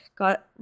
Got